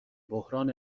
بحران